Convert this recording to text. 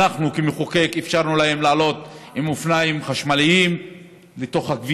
אנחנו כמחוקקים אפשרנו להם לעלות עם אופניים חשמליים אל הכביש.